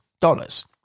dollars